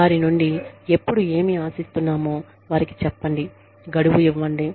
వారి నుండి ఎప్పుడు ఏమి ఆశిస్తున్నాము వారికి చెప్పండి గడువు ఇవ్వండి